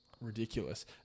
ridiculous